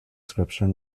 scripture